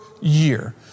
year